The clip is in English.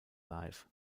life